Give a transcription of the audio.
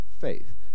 faith